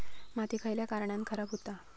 माती खयल्या कारणान खराब हुता?